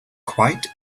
quite